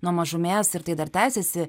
nuo mažumės ir tai dar tęsiasi